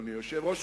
אדוני היושב-ראש,